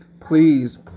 please